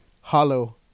hollow